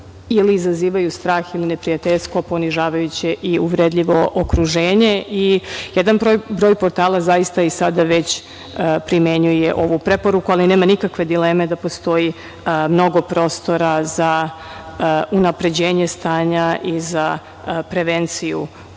ili izazivaju strah ili neprijateljsko, ponižavajuće i uvredljivo okruženje. Jedan broj portala zaista i sada već primenjuje ovu preporuku, ali nema nikakve dileme da postoji mnogo prostora za unapređenje stanja i za prevenciju i